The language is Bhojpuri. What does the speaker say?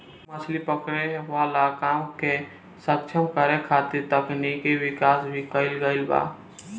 मछली पकड़े वाला काम के सक्षम करे खातिर तकनिकी विकाश भी कईल गईल बा